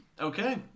Okay